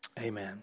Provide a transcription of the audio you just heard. Amen